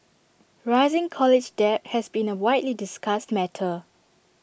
rising college debt has been A widely discussed matter